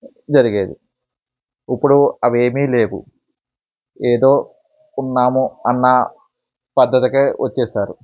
జరిగేది ఇప్పుడు అవేమీ లేవు ఏదో ఉన్నామో అన్న పద్ధతిగా వచ్చేసారు